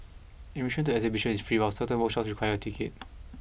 admission to the exhibition is free while certain workshops require a ticket